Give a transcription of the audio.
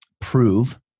Prove